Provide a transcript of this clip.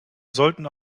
sollten